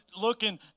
looking